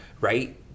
Right